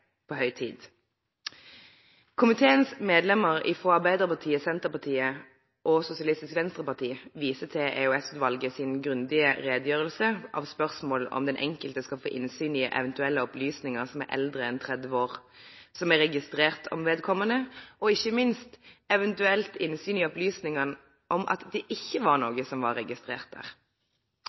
på høy tid. Komiteens medlemmer fra Arbeiderpartiet, Senterpartiet og Sosialistisk Venstreparti viser til EOS-utvalgets grundige redegjørelse om spørsmål om den enkelte skal få innsyn i eventuelle opplysninger som er eldre enn 30 år, som er registrert om vedkommende, og ikke minst eventuelt innsyn i opplysninger om at det ikke var noe som var registrert der.